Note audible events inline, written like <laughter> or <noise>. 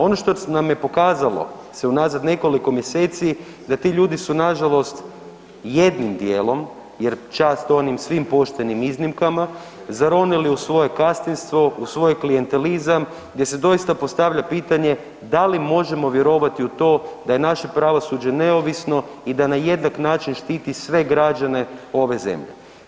Ono što nam je pokazalo se unazad nekoliko mjeseci, da ti ljudi su nažalost jednim djelom jer čast onim svim poštenim iznimkama, zaronili u svoje ... <unintelligible> u svoj klijentelizam gdje se doista postavlja pitanje da li možemo vjerovati u to da je naše pravosuđe neovisno i da na jednak način štiti sve građane ove zemlje.